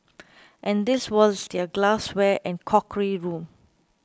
and this was their glassware and crockery room